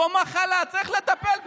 זו מחלה, צריך לטפל בה.